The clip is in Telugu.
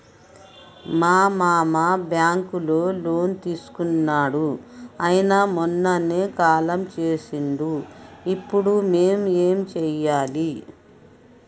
మా మామ బ్యాంక్ లో లోన్ తీసుకున్నడు అయిన మొన్ననే కాలం చేసిండు ఇప్పుడు మేం ఏం చేయాలి?